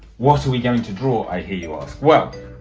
what are we going to draw i hear you ask. well,